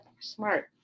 smart